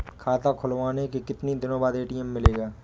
खाता खुलवाने के कितनी दिनो बाद ए.टी.एम मिलेगा?